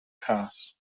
cas